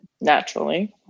Naturally